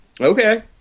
Okay